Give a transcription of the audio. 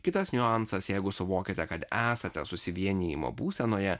kitas niuansas jeigu suvokiate kad esate susivienijimo būsenoje